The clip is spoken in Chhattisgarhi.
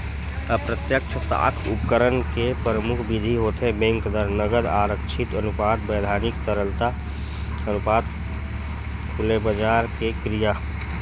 अप्रत्यक्छ साख उपकरन के परमुख बिधि होथे बेंक दर, नगद आरक्छित अनुपात, बैधानिक तरलता अनुपात, खुलेबजार के क्रिया